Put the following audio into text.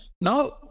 Now